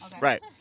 Right